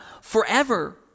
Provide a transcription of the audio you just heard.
forever